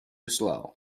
slow